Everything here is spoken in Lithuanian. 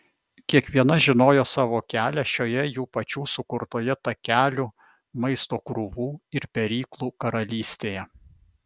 kiekviena žinojo savo kelią šioje jų pačių sukurtoje takelių maisto krūvų ir peryklų karalystėje